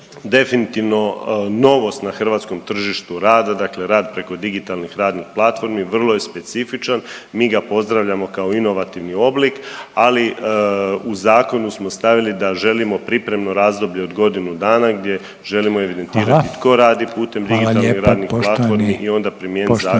definitivno novost na hrvatskom tržištu rada dakle rad preko digitalnih radnih platformi, vrlo je specifičan, mi ga pozdravljamo kao inovativni oblik, ali u zakonu smo stavili da želimo pripremno razdoblje od godinu dana gdje želimo …/Upadica: Hvala/… evidentirati tko radi putem digitalnih radnih platformi i onda primijenit zakon